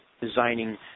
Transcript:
designing